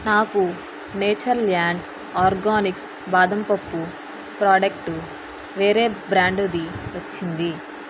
నాకు Nature Land Organics బాదం పప్పు ప్రాడక్టు వేరే బ్రాండుది వచ్చింది